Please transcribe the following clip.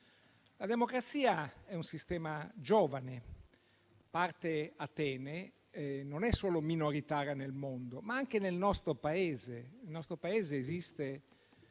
La democrazia è un sistema giovane, a parte Atene, e non è solo minoritaria nel mondo, ma lo è anche nella storia del nostro Paese. Nel nostro Paese esiste